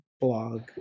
blog